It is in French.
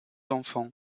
enfants